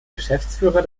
geschäftsführer